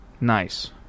Nice